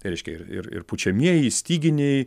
reiškia ir ir pučiamieji styginiai